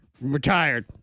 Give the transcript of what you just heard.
retired